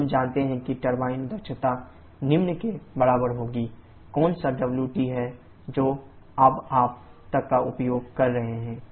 अब हम जानते हैं कि टरबाइन दक्षता निम्न के बराबर होगी TWactualWisentropic कौन सा WT है जो आप अब तक का उपयोग कर रहे हैं